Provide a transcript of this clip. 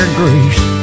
grace